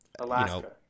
Alaska